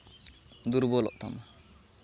ᱫᱩᱨᱵᱚᱞᱚᱜ ᱛᱟᱢᱟ